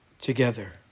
together